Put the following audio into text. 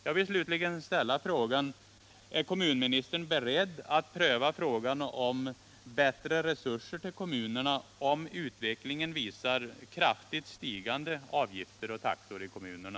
Jag vill slutligen ställa frågan: Är kommunministern beredd att pröva frågan om bättre resurser till kommunerna, om utvecklingen visar på kraftigt stigande avgifter och taxor i kommunerna?